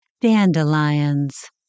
Dandelions